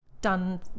done